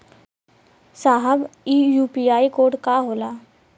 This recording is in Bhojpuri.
साहब इ यू.पी.आई कोड का होला?